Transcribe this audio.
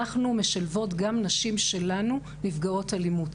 אנחנו משלבות גם נשים שלנו נפגעות אלימות.